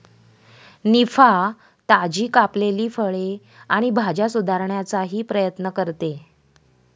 निफा, ताजी कापलेली फळे आणि भाज्या सुधारण्याचाही प्रयत्न करते